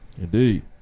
Indeed